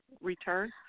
return